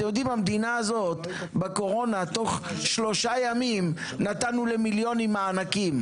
המדינה הזאת בקורונה תוך שלושה ימים נתנו למיליונים מענקים.